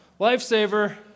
lifesaver